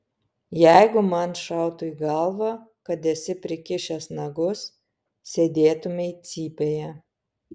jeigu man šautų į galvą kad esi prikišęs nagus sėdėtumei cypėje